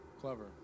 clever